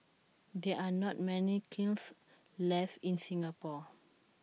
there are not many kilns left in Singapore